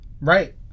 Right